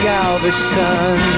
Galveston